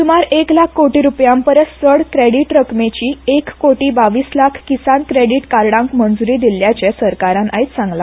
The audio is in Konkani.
स्मार एक लाख कोटी रूपयांपरस चड क्रेडीट रकमेची एक कोटी बावीस लाख किसान क्रेडीट कार्डांक मंज्री दिल्ल्याचे सरकारान आयज सांगला